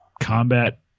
combat